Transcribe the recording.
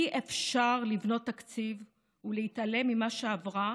אי-אפשר לבנות תקציב ולהתעלם ממה שעברה